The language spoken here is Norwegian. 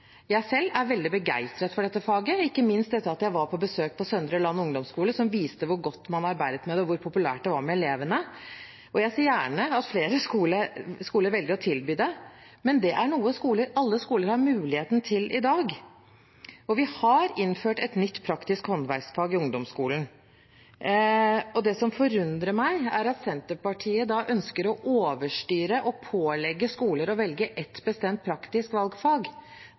Jeg selv er veldig begeistret for dette faget, ikke minst etter at jeg var på besøk på Søndre Land Ungdomsskole, som viste hvor godt man arbeidet med det, og hvor populært det var blant elevene. Jeg ser gjerne at flere skoler velger å tilby det, men det er noe alle skoler har muligheten til i dag. Vi har innført et nytt praktisk håndverksfag i ungdomsskolen. Det som forundrer meg, er at Senterpartiet da ønsker å overstyre og pålegge skoler å velge ett bestemt praktisk valgfag.